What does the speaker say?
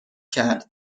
کرد